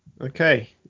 Okay